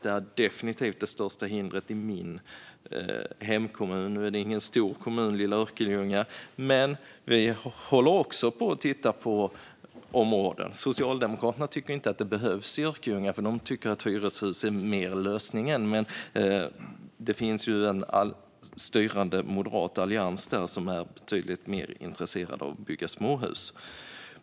Det är definitivt det största hindret i min hemkommun. Lilla Örkelljunga är ingen stor kommun, men vi håller också på att titta på områden. Socialdemokraterna tycker inte att det behövs i Örkelljunga. De tycker att hyreshus är en bättre lösning. Men det finns en styrande moderat allians där som är betydligt mer intresserad av att bygga småhus.